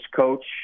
coach